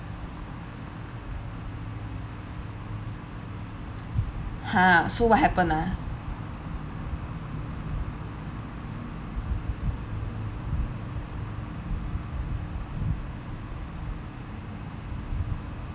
!huh! so what happened ah